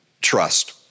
trust